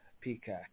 Peacock